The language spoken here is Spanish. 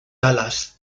dallas